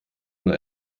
nur